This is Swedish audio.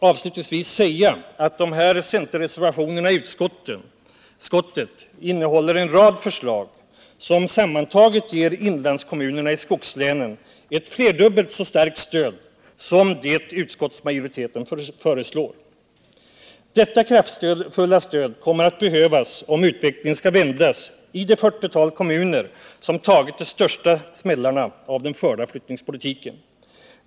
Avslutningsvis vill jag säga att centerreservationerna i utskottsbetänkandet innehåller en rad förslag som sammantagna ger inlandskommunerna i skogslänen ett flerdubbelt så starkt stöd som det utskottsmajoriteten föreslår. Detta kraftfulla stöd kommer att behövas om utvecklingen skall vändas i de 40-tal kommuner som tagit de största smällarna av den förda flyttningspolitiken.